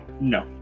No